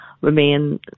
remain